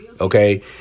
okay